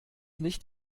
nicht